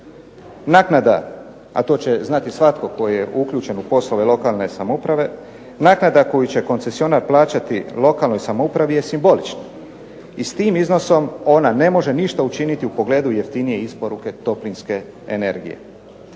Naknada a to će znati svatko tko je uključen u poslove lokalne samouprave, naknada koju se koncesionar plaćati lokalnoj samoupravi je simbolična i s tim iznosom ona ne može ništa učiniti u pogledu jeftinije isporuke toplinske energije.